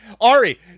Ari